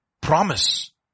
promise